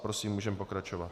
Prosím, můžeme pokračovat.